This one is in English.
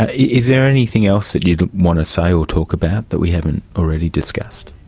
ah is there anything else that you'd want to say or talk about that we haven't already discussed?